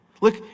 Look